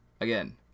again